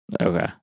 Okay